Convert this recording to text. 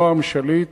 נועם שליט,